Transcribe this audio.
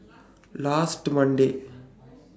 last Monday